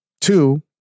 two